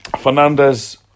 Fernandez